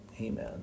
Amen